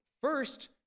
first